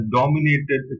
dominated